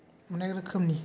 अनेक रोखोमनि